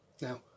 Now